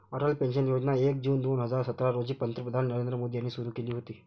Atal pension योजना एक June दोन हजार सतरा रोजी पंतप्रधान नरेंद्र मोदी यांनी सुरू केली होती